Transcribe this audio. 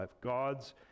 God's